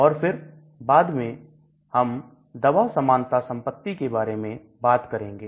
और फिर बाद में हम दवा समानता संपत्ति के बारे में बात करेंगे